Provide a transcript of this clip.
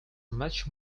much